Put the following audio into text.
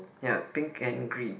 ya pink and green